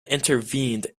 intervened